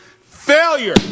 Failure